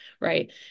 right